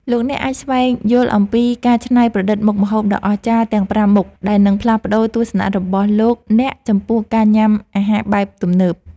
លោកអ្នកអាចស្វែងយល់អំពីការច្នៃប្រឌិតមុខម្ហូបដ៏អស្ចារ្យទាំងប្រាំមុខដែលនឹងផ្លាស់ប្តូរទស្សនៈរបស់លោកអ្នកចំពោះការញ៉ាំអាហារបែបទំនើប។